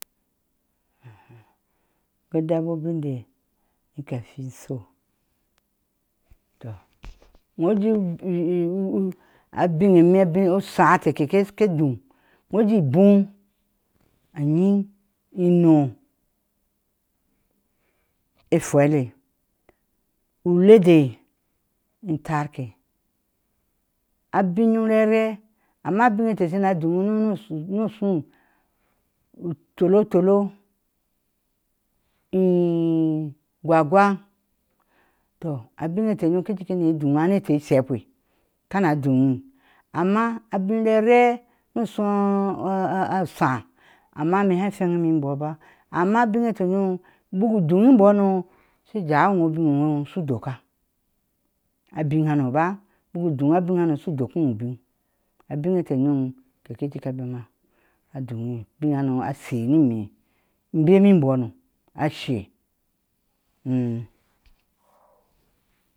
toakwa dobabi da nika fi so tɔ woje abinabin o nshaá te keke duŋ weje koo anyiŋ inó auele ulede atarke abin arare, amma abin ibteh sena dun no shu utolotolo gwa gwa, tɔ abin e teh nyom ke jik ne duŋa ne eteeh ishekpe kana duŋne, amma abin arera nɔɔ ashɔɔ a a asháá, amma ime hafanyime amma ubin eteer yon inbɔɔ ba, amma bik u dug ibɔɔno she jaa inyo shu doka abin hano ba biu u duŋ abin hano shu dɔk usm abin abin ete yon keke cik a duŋ abinrano ashee nime bema imbɔɔno ashe